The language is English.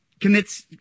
commits